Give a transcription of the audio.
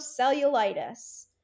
cellulitis